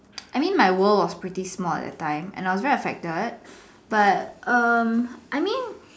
I mean my world was pretty small at the time and I was very affected but um I mean